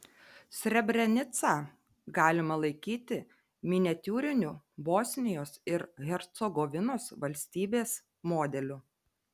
srebrenicą galima laikyti miniatiūriniu bosnijos ir hercegovinos valstybės modeliu